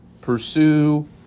Pursue